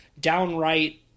downright